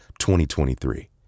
2023